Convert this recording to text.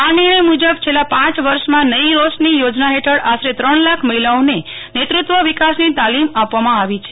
આ નિર્ણય મુજબ છેલ્લા પાંચ વર્ષમાં નઇ રોશની યોજના હેઠળ આસરે ત્રણ લાખ મહિલાઓને નેતૃત્વ વિકાસની તાલીમ આપવામાં આવી છે